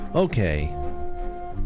Okay